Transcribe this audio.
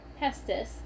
pestis